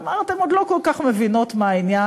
אמרת שהן עוד לא כל כך מבינות מה העניין.